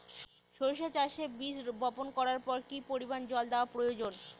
সরিষা চাষে বীজ বপন করবার পর কি পরিমাণ জল দেওয়া প্রয়োজন?